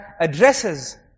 addresses